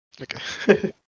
Okay